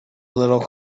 little